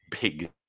big